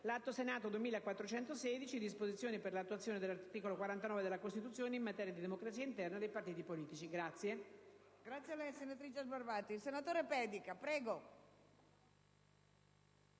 n. 2416 («Disposizioni per l'attuazione dell'articolo 49 della Costituzione in materia di democrazia interna dei partiti politici»).